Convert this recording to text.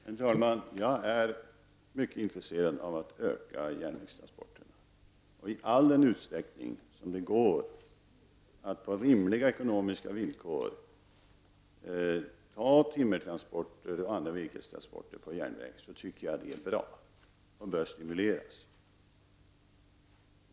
Herr talman! Jag är mycket intresserad av att öka antalet järnvägstransporter. I all den utsträckning det är möjligt att på rimliga ekonomiska villkor genomföra timmertransporter och andra virkestransporter på järnväg är detta bra. Dessa transporter bör stimuleras.